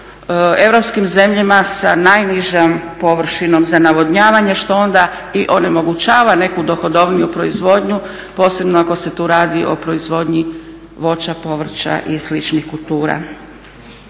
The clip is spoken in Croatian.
europskim zemljama sa najnižom površinom za navodnjavanje što onda i onemogućava neku dohodovniju proizvodnju, posebno ako se tu radi o proizvodnji voća, povrća i sličnih kultura.